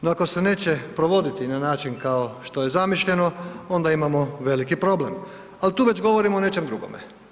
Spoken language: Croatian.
No ako se neće provoditi na način kao što je zamišljeno onda imamo veliki problem, ali tu već govorimo o nečem drugome.